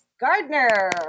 Gardner